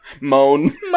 Moan